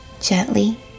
gently